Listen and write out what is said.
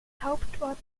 hauptort